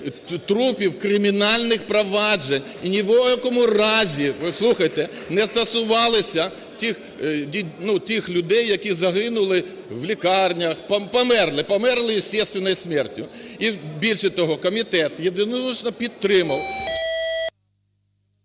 трупів кримінальних проваджень. І ні в якому разі, послухайте, не стосувалися тих людей які загинули в лікарнях, померли, померли естественной смертью. І, більше того, комітет единолично підтримав…